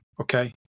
Okay